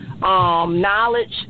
knowledge